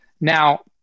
Now